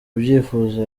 ubyifuza